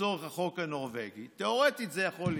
לצורך החוק הנורבגי, תיאורטית זה יכול להיות.